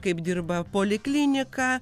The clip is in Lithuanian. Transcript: kaip dirba poliklinika